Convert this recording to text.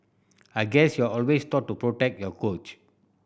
I guess you're always taught to protect your coach